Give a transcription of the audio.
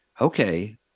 okay